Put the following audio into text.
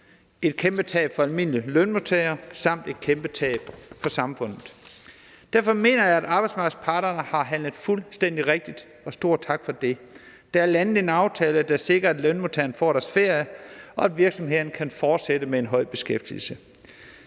et kæmpetab for almindelige lønmodtagere samt et kæmpetab for samfundet. Derfor mener jeg, at arbejdsmarkedets parter har handlet fuldstændig rigtigt, og stor tak for det. Der er landet en aftale, der sikrer, at lønmodtagerne får deres ferie, og at virksomhederne kan fortsætte med en høj beskæftigelse.